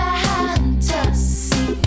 fantasy